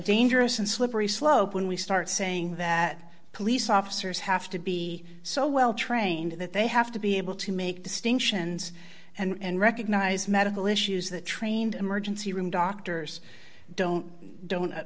dangerous and slippery slope when we start saying that police officers have to be so well trained that they have to be able to make distinctions and recognise medical issues that trained emergency room doctors don't